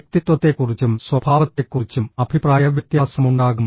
വ്യക്തിത്വത്തെക്കുറിച്ചും സ്വഭാവത്തെക്കുറിച്ചും അഭിപ്രായവ്യത്യാസമുണ്ടാകും